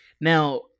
Now